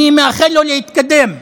אני מאחל לו להתקדם.